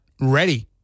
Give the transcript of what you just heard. ready